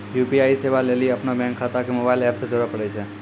UPI सेबा लेली अपनो बैंक खाता के मोबाइल एप से जोड़े परै छै